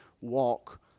walk